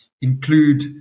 include